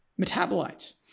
metabolites